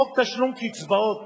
חוק תשלום קצבאות